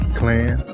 clan